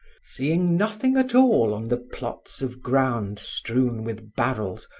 seeing nothing at all, on the plots of ground strewn with barrels,